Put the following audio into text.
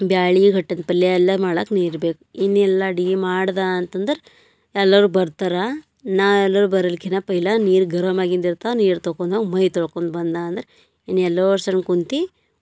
ಬ್ಯಾಳಿ ಘಟ್ಟನ ಪಲ್ಯ ಎಲ್ಲ ಮಾಡಕ್ಕೆ ನೀರು ಬೇಕು ಇನ್ನು ಎಲ್ಲ ಅಡಿಗೆ ಮಾಡಿದ ಅಂತ ಅಂದರೆ ಎಲ್ಲರು ಬರ್ತಾರೆ ನಾನು ಎಲ್ಲರು ಬರಾಲ್ಕಿನ ಪೆಹ್ಲಾ ನೀರು ಗರಮ್ ಆಗಿಂದು ಇರ್ತಾ ನೀರು ತಕೊಂಡ ಮೈ ತೊಳ್ಕೊಂಡು ಬಂದ ಅಂದರೆ ಇನ್ನು ಎಲ್ಲರ ಸಂಗ ಕುಂತಿ